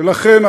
ולכן,